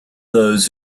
those